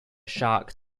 shark